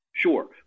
Sure